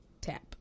tap